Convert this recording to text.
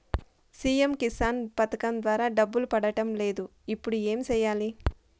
CM Kisan పథకం ద్వారా డబ్బు పడడం లేదు ఇప్పుడు ఏమి సేయాలి